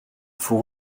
faut